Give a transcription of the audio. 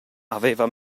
aveva